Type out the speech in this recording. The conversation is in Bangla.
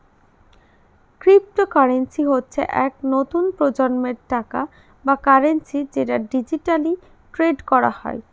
ক্রিপ্টোকারেন্সি হচ্ছে এক নতুন প্রজন্মের টাকা বা কারেন্সি যেটা ডিজিটালি ট্রেড করা হয়